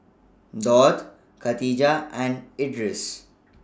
Daud Khatijah and Idris